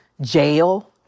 jail